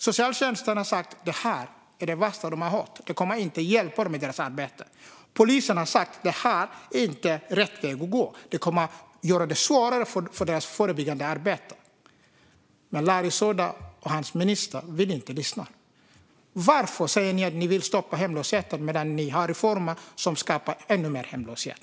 Socialtjänsten säger att detta är det värsta de har hört och att det inte kommer att hjälpa dem i deras arbete. Polisen säger att det inte är rätt väg att gå och att det kommer att göra det förebyggande arbetet svårare. Men Larry Söder och hans minister vill inte lyssna. Varför säger ni att ni vill stoppa hemlösheten men gör en reform som skapar ännu mer hemlöshet?